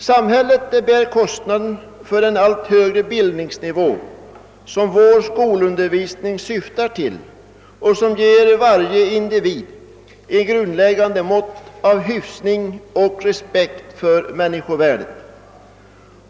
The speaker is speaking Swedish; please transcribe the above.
Samhället bär kostnaden för den allt högre bildningsnivå som vår skolundervisning syftar till och som ger varje individ ett grundläggande mått av hyfsning och respekt för människovärdet.